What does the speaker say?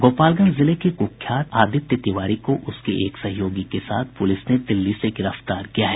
गोपालगंज जिले के कुख्यात आदित्य तिवारी को उसके एक सहयोगी के साथ पुलिस ने दिल्ली से गिरफ्तार किया है